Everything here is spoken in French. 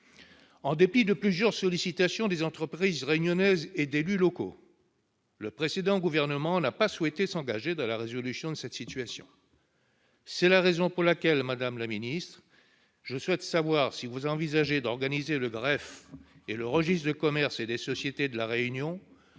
En dépit de plusieurs sollicitations des entreprises réunionnaises et d'élus locaux, le précédent gouvernement n'a pas souhaité s'engager dans la résolution de cette situation. C'est la raison pour laquelle, madame la ministre, je souhaite savoir si vous envisagez d'organiser le greffe et le registre de commerce et des sociétés de La Réunion